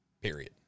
period